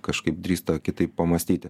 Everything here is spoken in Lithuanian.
kažkaip drįsta kitaip pamąstyti